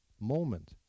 moment